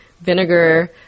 vinegar